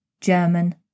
German